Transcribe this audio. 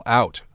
out